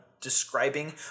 describing